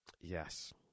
Yes